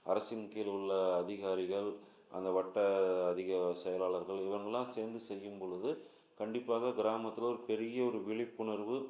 அரசின் கீழ் உள்ள அதிகாரிகள் அந்த வட்ட அதிக செயலாளர்கள் இவங்களெலாம் சேர்ந்து செய்யும் பொழுது கண்டிப்பாக கிராமத்தில் ஒரு பெரிய ஒரு விழிப்புணர்வு